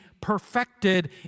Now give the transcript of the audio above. perfected